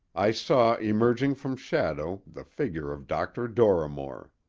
i saw emerging from shadow the figure of dr. dorrimore.